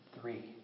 Three